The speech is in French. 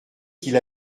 qu’il